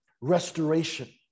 restoration